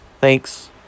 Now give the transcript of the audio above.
Thanks